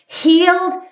healed